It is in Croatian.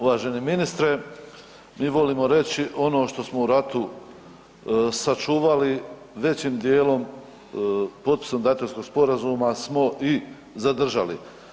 Uvaženi ministre, mi volimo reći ono što smo u ratu sačuvali većim dijelom potpisom Daytonskog sporazuma smo i zadržali.